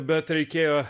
bet reikėjo